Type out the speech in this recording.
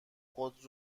خود